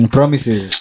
Promises